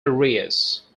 areas